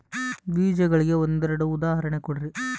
ಬೇಜಗಳಿಗೆ ಒಂದೆರಡು ಉದಾಹರಣೆ ಕೊಡ್ರಿ?